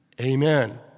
Amen